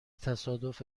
تصادف